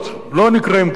לא נקראים כעובדים,